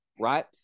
right